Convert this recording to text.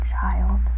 child